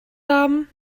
haben